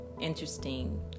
interesting